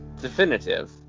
definitive